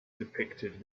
depicted